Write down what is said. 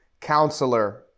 Counselor